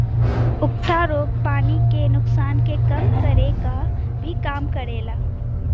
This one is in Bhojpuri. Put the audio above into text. उकठा रोग पानी के नुकसान के कम करे क भी काम करेला